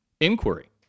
inquiry